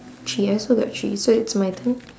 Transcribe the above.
three I also got three so it's my turn